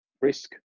risk